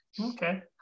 okay